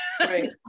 Right